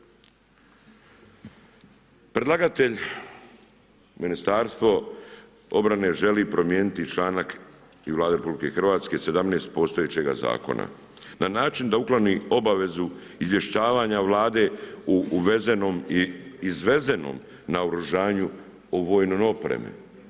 Predlagatelj, ministarstvo obrane želi promijeniti članak i Vlade RH 17. postojećega zakona na način da ukloni obavezu izvješćivanja Vlade uvezenom i izvezenom naoružanju u vojnoj opremi.